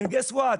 נחשו מה?